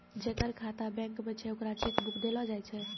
जेकर खाता बैंक मे छै ओकरा चेक बुक देलो जाय छै